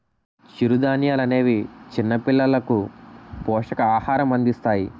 చిరుధాన్యాలనేవి చిన్నపిల్లలకు పోషకాహారం అందిస్తాయి